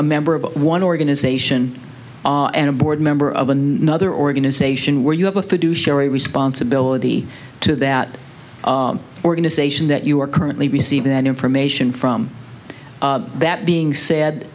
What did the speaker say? a member of one organization and a board member of another organization where you have a fiduciary responsibility to that organization that you are currently receiving that information from that being said